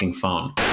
phone